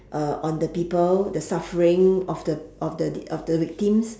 uh on the people the suffering of the of the of the victims